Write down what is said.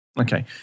Okay